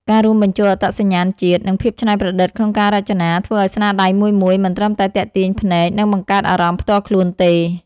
ការរួមបញ្ចូលអត្តសញ្ញាណជាតិ និងភាពច្នៃប្រឌិតក្នុងការរចនា ធ្វើឲ្យស្នាដៃមួយៗ មិនត្រឹមតែទាក់ទាញភ្នែក និងបង្កើតអារម្មណ៍ផ្ទាល់ខ្លួនទេ